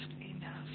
enough